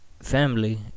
Family